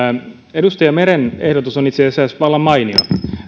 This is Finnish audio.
edustaja meren ehdotus on itse asiassa vallan mainio